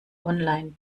online